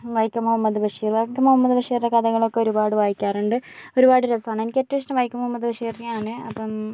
വൈക്കം മുഹമ്മദ് ബഷീറ് വൈക്കം മുഹമ്മദ് ബഷീറിൻ്റെ കഥകളൊക്കെ ഒരുപാട് വായിക്കാറുണ്ട് ഒരുപാട് രസമാണ് എനിക്ക് ഏറ്റവും ഇഷ്ടം വൈക്കം മുഹമ്മദ് ബഷീറിനെയാണ് അപ്പം